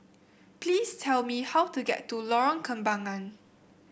please tell me how to get to Lorong Kembangan